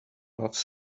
loves